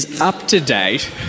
up-to-date